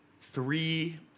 three